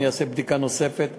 אעשה בדיקה נוספת,